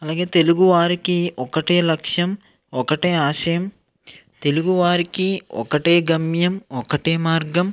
అలాగే తెలుగు వారికి ఒకటే లక్ష్యం ఒకటే ఆశయం తెలుగు వారికి ఒకటే గమ్యం ఒకటే మార్గం